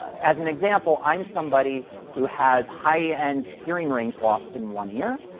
as an example, i'm somebody who has high end hearing range loss in one ear,